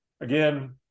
Again